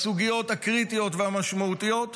בסוגיות הקריטיות והמשמעותיות,